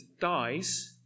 dies